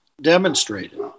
demonstrated